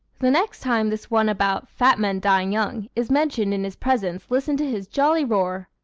the next time this one about fat men dying young is mentioned in his presence listen to his jolly roar.